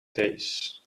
days